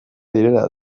direla